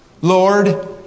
Lord